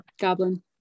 Goblin